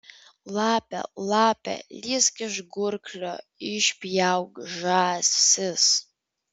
lape lape lįsk iš gurklio išpjauk žąsis